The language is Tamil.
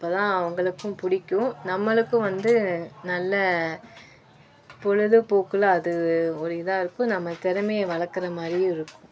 அப்போ தான் அவங்களுக்கும் பிடிக்கும் நம்மளுக்கும் வந்து நல்ல பொழுதுபோக்கில் அது ஒரு இதாக இருக்கும் நம்ம திறமைய வளர்க்குறமாரியும் இருக்கும்